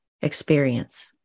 experience